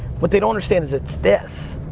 what they don't understand is it's this.